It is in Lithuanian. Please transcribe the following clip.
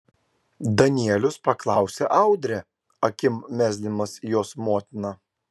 danielius paklausė audrę akim mesdamas į jos motiną